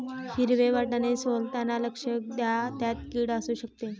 हिरवे वाटाणे सोलताना लक्ष द्या, त्यात किड असु शकते